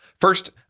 First